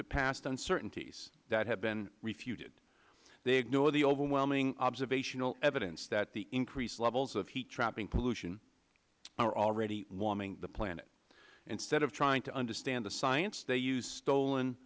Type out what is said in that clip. uncertainties that have been refuted they ignore the overwhelming observational evidence that the increased levels of heat trapping pollution are already warming the planet instead of trying to understand the science they use stolen